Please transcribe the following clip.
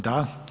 Da.